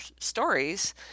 stories